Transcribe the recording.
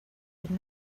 could